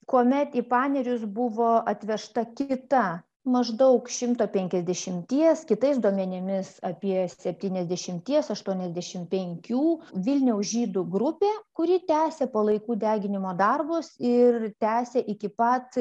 kuomet į panerius buvo atvežta kita maždaug šimto penkiasdešimties kitais duomenimis apie septyniasdešimties aštuoniasdešim penkių vilniaus žydų grupė kuri tęsė palaikų deginimo darbus ir tęsė iki pat